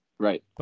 Right